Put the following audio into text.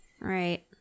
Right